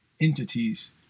entities